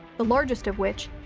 the largest of which,